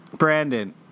Brandon